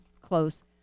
close